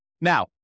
Now